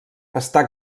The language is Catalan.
està